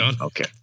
Okay